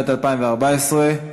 16,